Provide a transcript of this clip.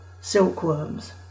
silkworms